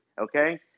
Okay